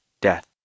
death